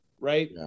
right